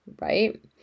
right